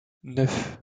neuf